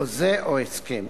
חוזה או הסכם.